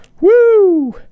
Woo